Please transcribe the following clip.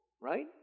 right